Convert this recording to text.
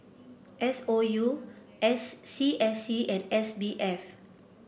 S O U S C S C and S B F